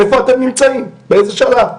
איפה אתם נמצאים, באיזה שלב?